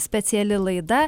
speciali laida